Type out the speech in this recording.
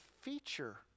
feature